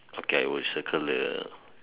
okay I will circle the